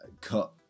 cut